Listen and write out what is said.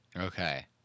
Okay